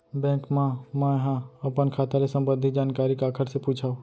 Bank मा मैं ह अपन खाता ले संबंधित जानकारी काखर से पूछव?